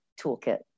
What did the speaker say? toolkit